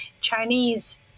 Chinese